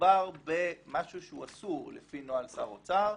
מדובר במשהו שהוא אסור לפי נוהל שר אוצר,